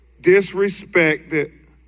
disrespected